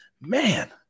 man –